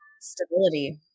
stability